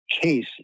case